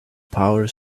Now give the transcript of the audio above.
power